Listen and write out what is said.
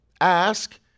Ask